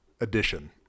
addition